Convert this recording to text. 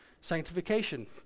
sanctification